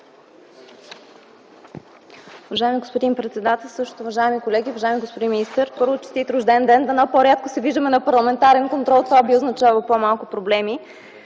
Уважаеми господин председател, уважаеми колеги, уважаеми господин министър! Първо, Честит рожден ден! Дано по-рядко се виждаме на парламентарен контрол – това би означавало по-малко проблеми.